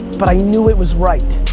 but i knew it was right.